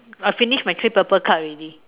I finish my three purple card already